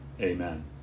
Amen